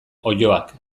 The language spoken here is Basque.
oiloak